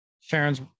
Sharon's